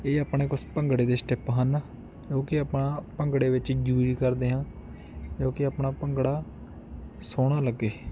ਇਹ ਆਪਣੇ ਕੁਛ ਭੰਗੜੇ ਦੇ ਸਟੈਪ ਹਨ ਜੋ ਕਿ ਆਪਾਂ ਭੰਗੜੇ ਵਿੱਚ ਯੂਜ ਕਰਦੇ ਹਾਂ ਜੋ ਕਿ ਆਪਣਾ ਭੰਗੜਾ ਸੋਹਣਾ ਲੱਗੇ